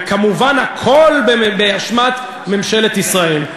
וכמובן הכול באשמת ממשלת ישראל,